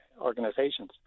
organizations